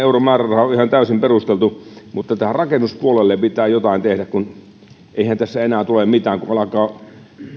euron määräraha on ihan täysin perusteltu mutta tälle rakennuspuolelle pitää jotain tehdä eihän tästä enää tule mitään